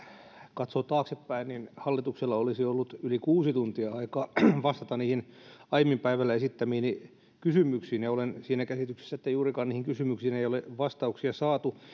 katsoo taaksepäin niin hallituksella olisi ollut yli kuusi tuntia aikaa vastata niihin aiemmin päivällä esittämiini kysymyksiin ja olen siinä käsityksessä että juurikaan niihin kysymyksiin ei ole vastauksia saatu